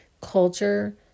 culture